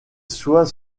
soit